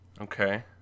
Okay